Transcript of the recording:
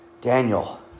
Daniel